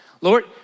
Lord